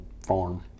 farm